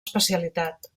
especialitat